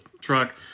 truck